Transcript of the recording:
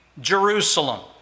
Jerusalem